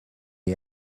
est